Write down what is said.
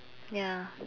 ya